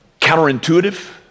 Counterintuitive